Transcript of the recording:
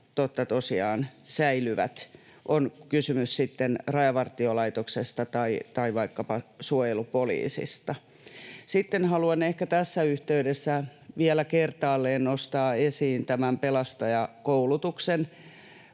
totta tosiaan säilyvät, on kysymys sitten Rajavartiolaitoksesta tai vaikkapa suojelupoliisista. Sitten haluan ehkä tässä yhteydessä vielä kertaalleen nostaa esiin tämän pelastajakoulutuksen.